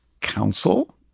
Council